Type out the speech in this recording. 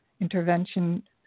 intervention